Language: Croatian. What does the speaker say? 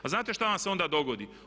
A znate šta vam se onda dogodi?